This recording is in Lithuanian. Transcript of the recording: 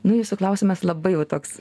nu jūsų klausimas labai jau toks